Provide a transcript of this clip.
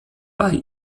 bei